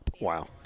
Wow